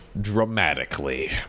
dramatically